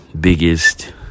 biggest